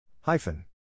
hyphen